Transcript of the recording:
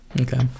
Okay